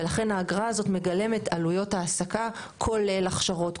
ולכן האגרה הזאת מגלמת עלויות העסקה כולל הכשרות,